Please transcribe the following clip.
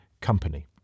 company